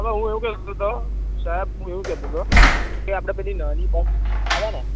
હવે હું એવું કે તો સાહેબ હું એવું કે તો તો કે આપડે પેલી નાની બસ આવે ને